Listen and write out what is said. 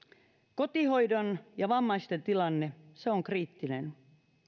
kotihoidon ja vammaisten tilanne se on kriittinen